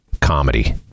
comedy